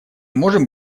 можем